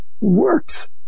works